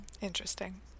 interesting